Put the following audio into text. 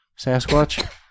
Sasquatch